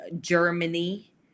germany